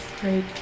Great